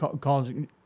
causing –